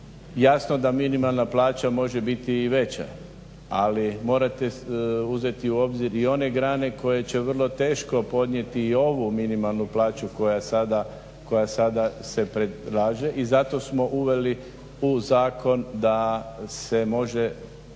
Jasno da minimalna plaća može biti i veća ali morate uzeti u obzir i one grane koje će vrlo teško podnijeti i ovu minimalnu plaću koja sada se predlaže i zato smo uveli u zakon da se može